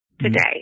today